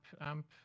amp